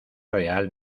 real